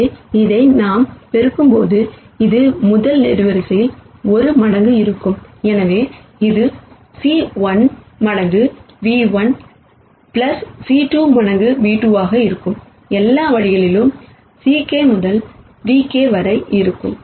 எனவே இதை நாம் பெருக்கும்போது இது முதல் காலம்கள் 1 மடங்கு இருக்கும் எனவே இது c 1 மடங்கு ν₁ c2 மடங்கு v2 ஆக இருக்கும் எல்லா வழிகளிலும் ck முதல் νk வரை இருக்கும்